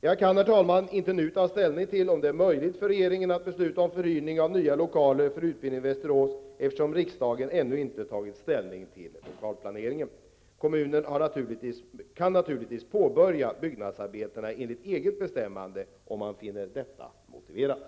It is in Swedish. Jag kan inte nu ta ställning till om det är möjligt för regeringen att besluta om förhyrning av nya lokaler för utbildningen i Västerås, eftersom riksdagen ännu inte tagit ställning till lokalplaneringen. Kommunen kan naturligtvis påbörja byggnadsarbetena enligt eget bestämmande om man finner detta motiverat.